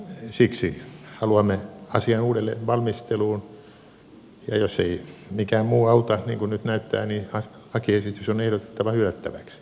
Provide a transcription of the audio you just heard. siksi haluamme asian uudelleen valmisteluun ja jos ei mikään muu auta niin kuin nyt näyttää niin lakiesitys on ehdotettava hylättäväksi